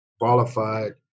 qualified